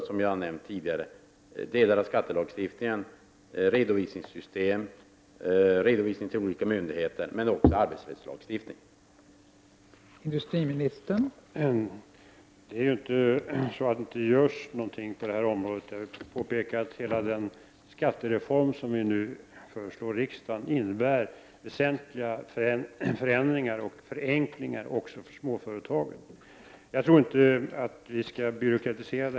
Som jag nämnde tidigare hör delar av skattelagstiftningen — redovisningssystem, redovisning till olika myndigheter och även arbetslöshetslagstiftning — hemma i detta sammanhang.